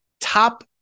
Top